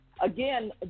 again